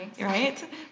right